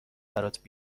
برات